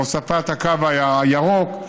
בהוספת הקו הירוק,